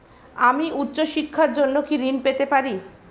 আমি উচ্চশিক্ষার জন্য কি ঋণ পেতে পারি?